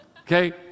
Okay